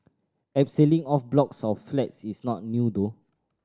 abseiling off blocks of flats is not new though